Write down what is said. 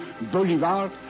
Bolivar